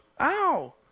Ow